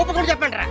ah what happened.